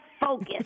Focus